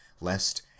lest